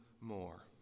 more